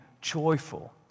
joyful